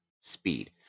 speed